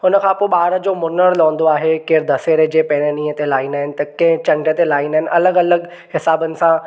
उन खां पोइ ॿार जो मुन्नणु लहंदो आहे केरु दसहरे जे पहिरिएं ॾींहं ते लाहींदा आहिनि त के चंड ते लाहींदा आहिनि अलॻि अलॻि हिसाबनि सां